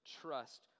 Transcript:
trust